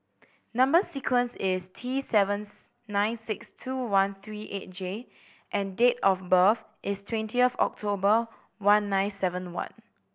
number sequence is T seventh nine six two one three eight J and date of birth is twenty of October one nine seven one